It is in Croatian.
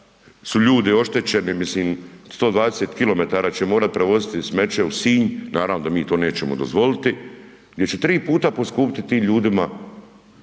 su ljudi oštećeni mislim 120 km će morati prevoziti smeće u Sinj, naravno da mi to nećemo dozvoliti, gdje će 3 puta poskupiti tim ljudima